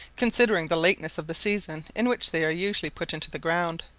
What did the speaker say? considering the lateness of the season in which they are usually put into the ground.